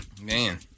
Man